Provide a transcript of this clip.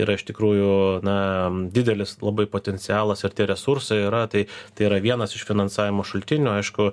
yra iš tikrųjų na didelis labai potencialas ir tie resursai yra tai tai yra vienas iš finansavimo šaltinių aišku